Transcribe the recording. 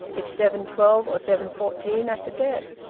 it's seven twelve, or seven fourteen i forget.